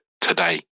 today